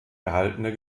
erhaltene